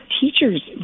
teachers